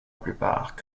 plupart